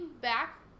back